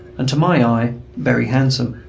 and to my eye very handsome.